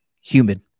humid